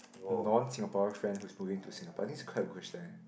non Singaporean friend who is moving to Singapore I think it's quite a good question eh